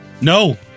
No